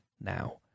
now